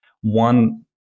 One